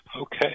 Okay